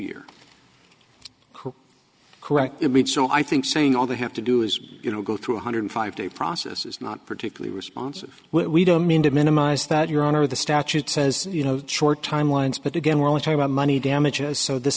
who corrected me and so i think saying all they have to do is you know go through one hundred five day process is not particularly responsive we don't mean to minimize that your honor the statute says you know short timelines but again we're only talk about money damages so this